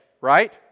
right